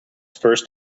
first